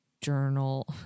journal